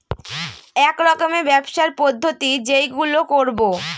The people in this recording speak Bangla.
এক রকমের ব্যবসার পদ্ধতি যেইগুলো করবো